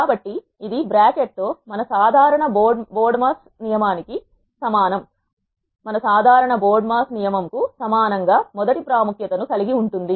కాబట్టి ఇది బ్రాకెట్ తో మన సాధారణ BODMAS నియమమునకు సమానం గా మొదటి ప్రాముఖ్యత కలిగి ఉంటుంది